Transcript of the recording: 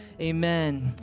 Amen